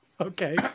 Okay